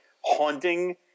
haunting